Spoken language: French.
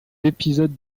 épisodes